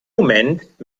moment